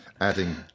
adding